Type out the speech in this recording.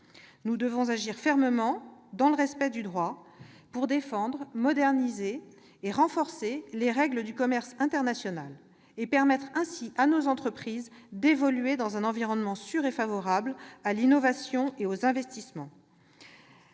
Nous devons agir fermement, dans le respect du droit, pour défendre, moderniser et renforcer les règles du commerce international et permettre ainsi à nos entreprises d'évoluer dans un environnement sûr et favorable à l'innovation et aux investissements.